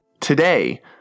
Today